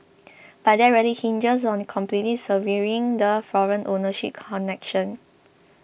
but that really hinges on completely severing the foreign ownership connection